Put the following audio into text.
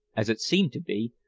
as it seemed to be,